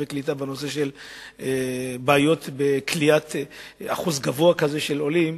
והקליטה בנושא של כליאת אחוז גבוה כזה של עולים.